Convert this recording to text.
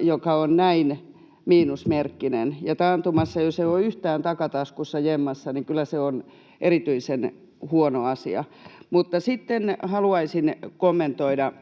joka on näin miinusmerkkinen. Ja taantumassa jos ei ole yhtään takataskussa jemmassa, niin kyllä se on erityisen huono asia. Mutta sitten haluaisin kommentoida